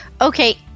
Okay